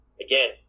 again